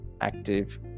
active